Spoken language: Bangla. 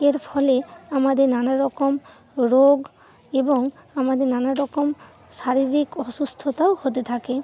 এর ফলে আমাদের নানা রকম রোগ এবং আমাদের নানা রকম শারীরিক অসুস্থতাও হতে থাকে